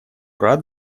рад